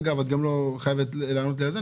אגב, את לא חייבת לענות לי על זה.